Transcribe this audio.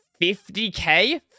50k